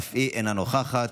אינה נוכחת,